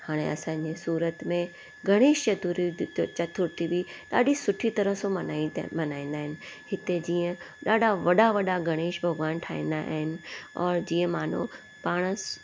हाणे असांजे सूरत में गणेश चतुर चतुर्थी बि ॾाढी सुठी तरह सां मनाइत मल्हाईंदा आहिनि हिते जीअं ॾाढा वॾा वॾा गणेश भॻवान ठाहींदा आहिनि और जीअं मानो पाणसि